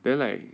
then like